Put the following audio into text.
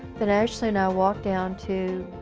but ashley and i walked down to